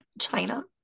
China